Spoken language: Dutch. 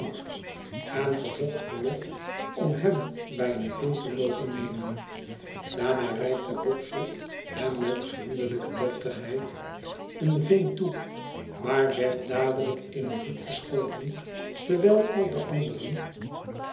en verzocht verlof om hem bij een vin te mogen nemen daarna reikte wopsle hem met vriendelijke deftigheid een vin toe maar werd dadelijk in een hoek geschoven terwijl al de anderen